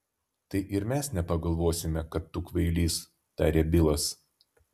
tai ir mes nepagalvosime kad tu kvailys tarė bilas